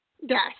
Yes